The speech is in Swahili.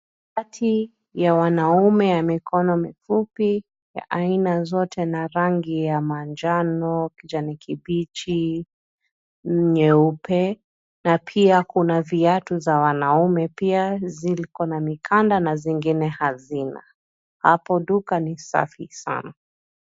Shati ya wanaume ya mikono mifupi ya aina zote na rangi ya manjano, kijani kibichi, nyeupe na pia kuna viatu za wanaume pia ziko na mikanda na zingine hazina. Hapo duka ni safi sana.